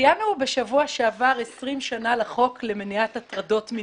ציינו בשבוע שעבר 20 שנה לחוק למניעת הטרדות מיניות.